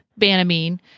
Banamine